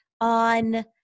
on –